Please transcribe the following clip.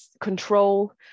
control